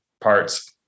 parts